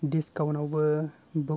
डिस्काउन्टआवबो book